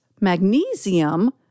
magnesium